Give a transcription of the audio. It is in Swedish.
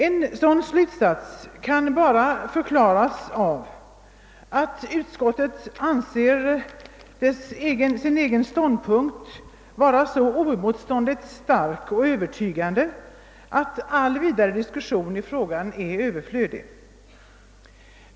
En sådan slutsats kan bara förklaras av att utskottet anser sin egen ståndpunkt vara så oemotståndligt stark och övertygande, att all vidare diskussion i frågan är överflödig.